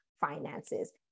finances